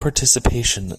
participation